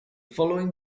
following